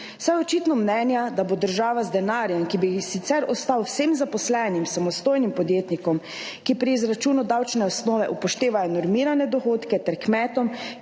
saj je očitno mnenja, da bo država z denarjem, ki bi sicer ostal vsem zaposlenim, samostojnim podjetnikom, ki pri izračunu davčne osnove upoštevajo normirane dohodke, ter kmetom,